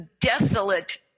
desolate